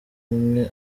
umwe